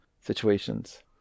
situations